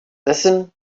listen